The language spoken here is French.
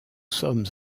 sommes